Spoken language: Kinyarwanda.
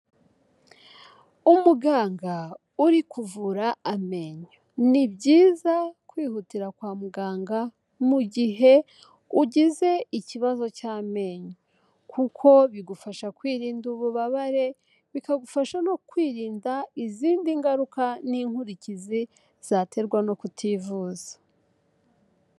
Umuganga uri kuvura amenyo. Ni byiza kwihutira kwa muganga mu gihe ugize ikibazo cy'amenyo. Kuko bigufasha kwirinda ububabare, bikagufasha no kwirinda izindi ngaruka n'inkurikizi zaterwa no kutivuza.